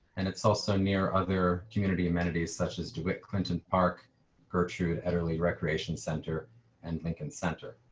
and it's also near other community amenities such as with clinton park gertrude elderly recreation center and thinking center.